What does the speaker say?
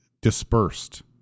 dispersed